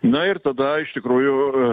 na ir tada iš tikrųjų